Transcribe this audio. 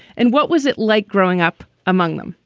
and what was it like growing up among them?